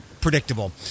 predictable